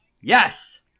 Yes